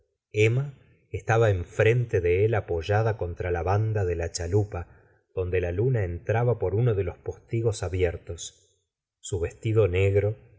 einma estaba enfrente de él apoyada contra la banda de la chalupa donde la luna entraba por uno de los postigos abiertos su vestido negro